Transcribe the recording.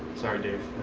sorry dave,